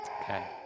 Okay